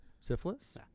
Syphilis